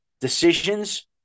decisions